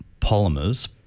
polymers